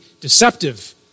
deceptive